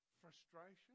frustration